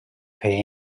pay